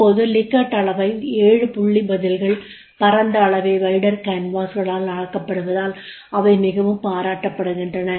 இப்போது லிகர்ட் அளவையில் 7 புள்ளி பதில்கள் பரந்த அளவை களால் அளக்கப்படுவதால் அவை மிகவும் பாராட்டப்படுகின்றன